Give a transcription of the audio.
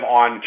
on